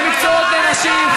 ומקצועות לנשים.